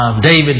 David